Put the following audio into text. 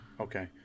Okay